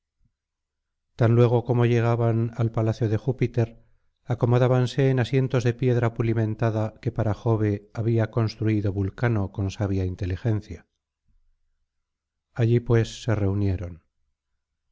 tan luego como llegaban al palacio de júpiter acomodábanse en asientos de piedra pulimentada que para jove había construido vulcano con sabia inteligencia allí pues se reunieron